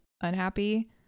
unhappy